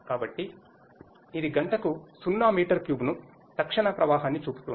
కాబట్టి ఇది గంటకు 0 మీటర్ క్యూబ్ను తక్షణ ప్రవాహాన్ని చూపుతోంది